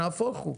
נהפוך הוא,